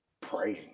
praying